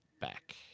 back